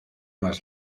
más